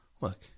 Look